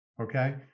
okay